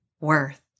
worth